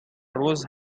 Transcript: rose